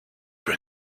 que